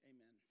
Amen